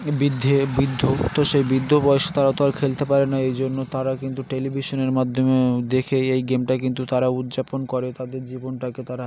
বৃদ্ধ তো সেই বৃদ্ধ বয়সে তারা তো আর খেলতে পারে না এই জন্য তারা কিন্তু টেলিভিশনের মাধ্যমে দেখে এই গেমটা কিন্তু তারা উদযাপন করে তাদের জীবনটাকে তারা